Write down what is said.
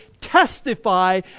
testify